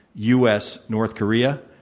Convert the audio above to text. u. s. north korea,